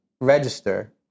register